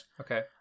okay